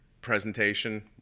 presentation